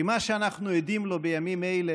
כי מה שאנחנו עדים לו בימים אלה